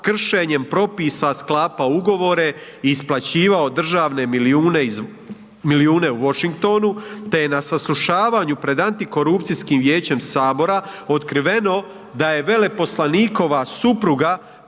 kršenjem propisa sklapao ugovore i isplaćivao državne milijune u Washingtonu te je na saslušavanju pred Antikorupcijskim vijećem Sabora otkriveno da je veleposlanikova supruga